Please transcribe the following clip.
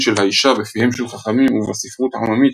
של האישה בפיהם של חכמים ובספרות העממית,